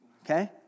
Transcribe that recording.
okay